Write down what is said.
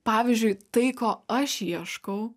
pavyzdžiui tai ko aš ieškau